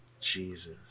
Jesus